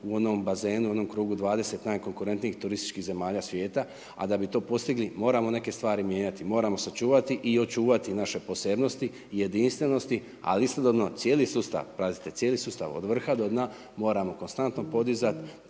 u onom bazenu, u onom krugu 20 najkonkurentnijih turističkih zemalja svijeta. A da bi to postigli, moramo neke stvari mijenjati. Moramo sačuvati i očuvati naše posebnosti i jedinstvenosti. Ali istodobno, cijeli sustav, pazite, cijeli sustav od vrha do dna moramo konstantno podizati